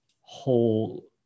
whole